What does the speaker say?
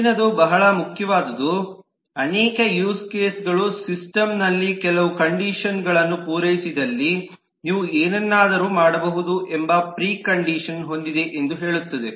ಮುಂದಿನದು ಬಹಳ ಮುಖ್ಯವಾದುದು ಅನೇಕ ಯೂಸ್ ಕೇಸ್ಗಳು ಸಿಸ್ಟಮ್ ಲ್ಲಿ ಕೆಲವು ಕಂಡೀಶನ್ಗಳನ್ನು ಪೂರೈಸಿದಲ್ಲಿ ನೀವು ಏನನ್ನಾದರೂ ಮಾಡಬಹುದು ಎಂಬ ಪ್ರಿ ಕಂಡೀಶನ್ ಹೊಂದಿದೆ ಎಂದು ಹೇಳುತ್ತದೆ